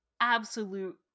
absolute